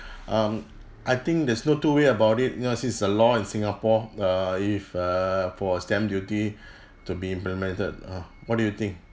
um I think there's no two way about it you know since the law in singapore err if err for stamp duty to be implemented uh what do you think